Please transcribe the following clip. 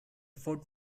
fort